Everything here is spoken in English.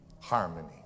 harmony